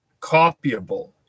copyable